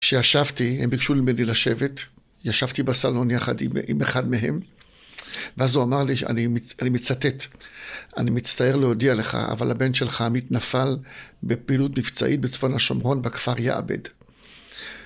כשישבתי, הם ביקשו ממני לשבת, ישבתי בסלון יחד עם אה... עם אחד מהם. ואז הוא אמר לי, אני מצטט: "אני מצטער להודיע לך, אבל הבן שלך נפל - בפעילות מבצעית בצפון השומרון, בכפר יַ֫עְבַּד".